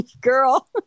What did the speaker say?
girl